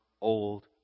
old